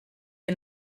ihr